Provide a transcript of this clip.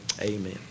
Amen